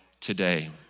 today